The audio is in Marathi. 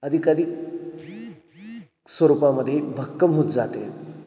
अधिकाधिक स्वरूपामध्ये भक्कम होत जाते